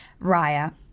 Raya